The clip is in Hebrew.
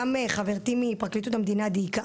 גם חברתי מפרקליטות המדינה דייקה.